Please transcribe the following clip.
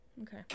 Okay